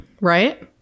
Right